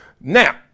Now